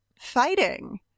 fighting